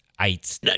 eight